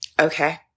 okay